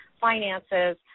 finances